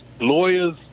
lawyers